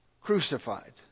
crucified